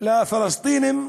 שייך לפלסטינים,